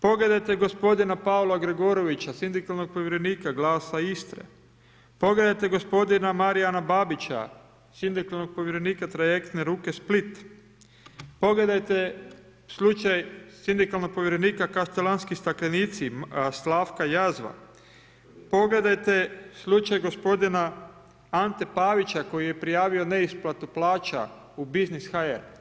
Pogledajte gospodina Paola Gregorovića, sindikalnog povjerenika Glasa Istre, pogledajte gospodina Marijana Babića, sindikalnog povjerenika Trajektne luke Split, pogledajte slučaj sindikalnog povjerenika Kaštelanski staklenici, Slavka Jazva, pogledajte slučaj gospodina Ante Pavića koji je prijavio neisplatu plaća u Biznis HR.